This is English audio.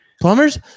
Plumbers